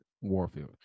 Warfield